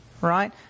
Right